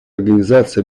организации